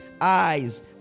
eyes